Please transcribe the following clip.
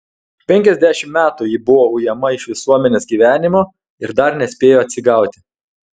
penkiasdešimt metų ji buvo ujama iš visuomenės gyvenimo ir dar nespėjo atsigauti